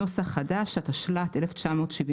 התשל"ט 1979,